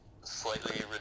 slightly